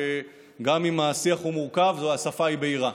וגם אם השיח הוא מורכב השפה היא בהירה.